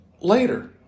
later